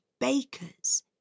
bakers